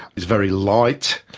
it's very light,